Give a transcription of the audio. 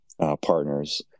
partners